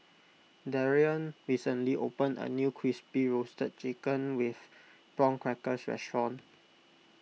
Darrion recently opened a new Crispy Roasted Chicken with Prawn Crackers restaurant